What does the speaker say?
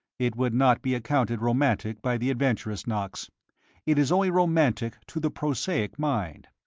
it would not be accounted romantic by the adventurous, knox it is only romantic to the prosaic mind.